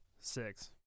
six